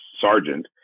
sergeant